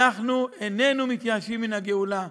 אנחנו איננו מתייאשים מן הגאולה,